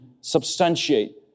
substantiate